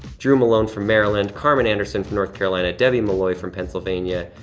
drew malone from maryland, carmen anderson from north carolina, debbie malloy from pennsylvania.